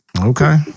Okay